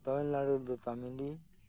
ᱛᱟᱢᱤᱞᱱᱟᱲᱩ ᱨᱮᱫᱚ ᱛᱟᱢᱤᱞᱤ